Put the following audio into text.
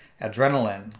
Adrenaline